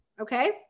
Okay